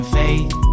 faith